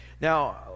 Now